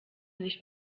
nicht